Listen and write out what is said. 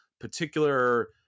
particular